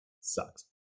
sucks